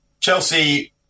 Chelsea